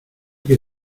que